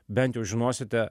bent jau žinosite